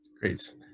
Great